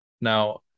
Now